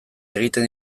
egiten